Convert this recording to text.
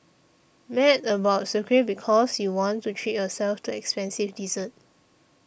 mad about Sucre because you want to treat yourself to expensive desserts